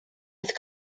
with